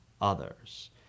others